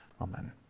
Amen